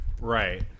Right